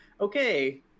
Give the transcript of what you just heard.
okay